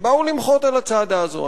שבאו למחות על הצעדה הזאת.